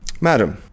Madam